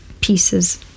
pieces